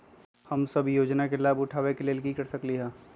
हम सब ई योजना के लाभ उठावे के लेल की कर सकलि ह?